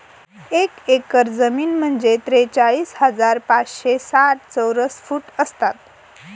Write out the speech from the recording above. एक एकर जमीन म्हणजे त्रेचाळीस हजार पाचशे साठ चौरस फूट असतात